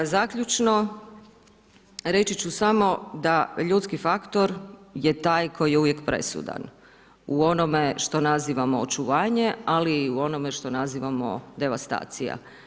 Zaključno, reći ću samo da ljudski faktor je taj koji je uvijek presudan, u onome što nazivamo očuvanje, ali i u onome što nazivamo devastacija.